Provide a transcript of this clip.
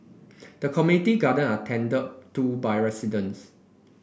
the community garden are tended to by residents